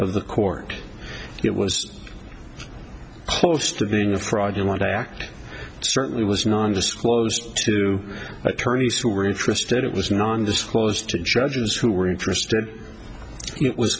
of the court it was close to being a fraud you want to act it certainly was non disclosed to attorneys who were interested it was non disclosed to judges who were interested it was